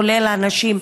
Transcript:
כולל הנשים,